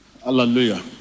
hallelujah